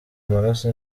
amaraso